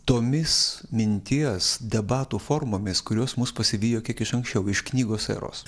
tomis minties debatų formomis kurios mus pasivijo kiek iš anksčiau iš knygos eros